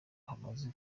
hamaze